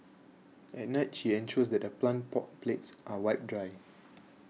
at night she ensures that her plant pot plates are wiped dry